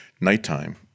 nighttime